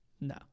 no